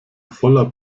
voller